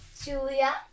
Julia